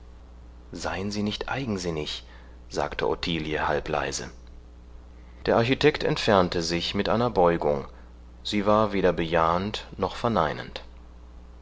sein sie nicht eigensinnig sagte ottilie halb leise der architekt entfernte sich mit einer beugung sie war weder bejahend noch verneinend